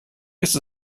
ist